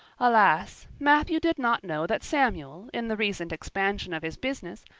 alas! matthew did not know that samuel, in the recent expansion of his business,